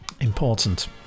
important